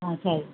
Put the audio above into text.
ஆ சரி